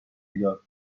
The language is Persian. بیدار